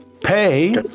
pay